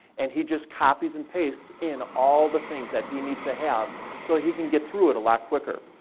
and he just copies and pastes in all the things that he needs to have so that he can get through it a lot quicker.